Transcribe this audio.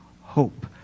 hope